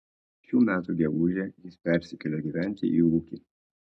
šių metų gegužę jis persikėlė gyventi į ūkį